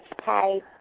Hi